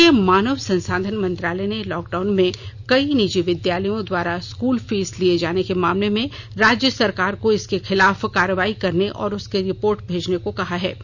केंद्रीय मानव संसाधन मंत्रालय ने लॉकडाउन में कई निजी विद्यालयों द्वारा स्कूल फीस लिए जाने के मामले में राज्य सरकार को इनके खिलाफ कार्रवाई करने और उसकी रिपोर्ट भेजने को कहा है